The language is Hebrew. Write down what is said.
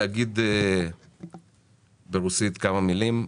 ניתן לו להגיד כמה מילים.